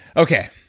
okay,